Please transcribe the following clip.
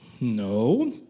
no